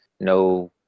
no